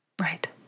Right